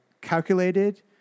calculated